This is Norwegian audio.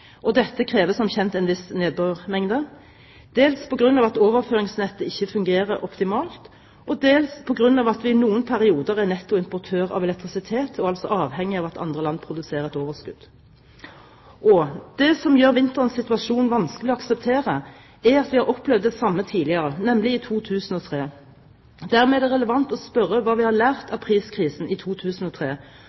og dette krever som kjent en viss nedbørsmengde dels på grunn av at overføringsnettet ikke fungerer optimalt dels på grunn av at vi i noen perioder er netto importør av elektrisitet, og altså avhengig av at andre land produserer et overskudd Og – det som gjør vinterens situasjon vanskelig å akseptere, er at vi har opplevd det samme tidligere, nemlig i 2003. Dermed er det relevant å spørre hva vi har lært av priskrisen i 2003,